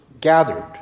gathered